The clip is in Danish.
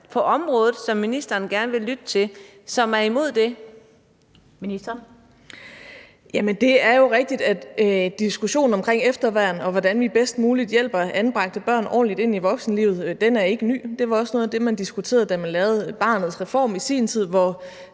og indenrigsministeren (Astrid Krag): Det er jo rigtigt, at diskussionen om efterværn, og hvordan vi bedst muligt hjælper anbragte børn ordentligt ind i voksenlivet, ikke er ny – det var også noget af det, man diskuterede, da man i sin tid lavede Barnets Reform, hvor